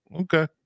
Okay